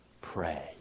pray